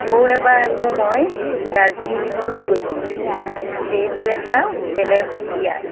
আকৌ এবাৰ আকৌ মই দাৰ্জিলিঙলৈও গৈছিলোঁ সেইটো এটা বেলেগ সুকীয়া